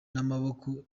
n’amaboko